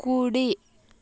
కుడి